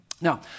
Now